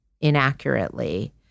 inaccurately